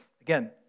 again